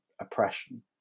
oppression